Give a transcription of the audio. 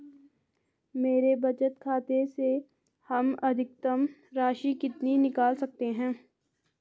मेरे बचत खाते से हम अधिकतम राशि कितनी निकाल सकते हैं?